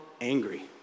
angry